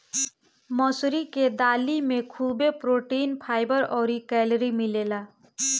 मसूरी के दाली में खुबे प्रोटीन, फाइबर अउरी कैलोरी मिलेला